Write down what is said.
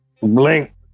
blink